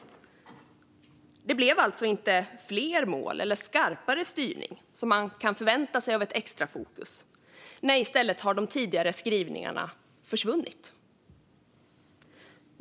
Det blev alltså inte fler mål eller skarpare styrning, som man kan förvänta sig av ett extra fokus, utan i stället har de tidigare skrivningarna försvunnit.